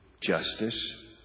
justice